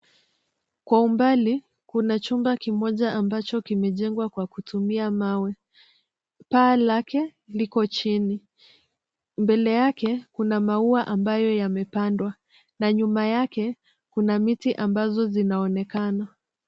Kwa umbali, kuna chumba kimoja ambacho kimejengwa kwa kutumia mawe. Paa lake liko chini, mbele yake kuna maua ambayo yamepandwa, na nyuma yake kuna miti ambazo zinaonekana